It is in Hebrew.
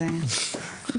אני אתן לך העלאה,